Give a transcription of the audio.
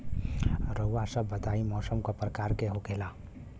रउआ सभ बताई मौसम क प्रकार के होखेला?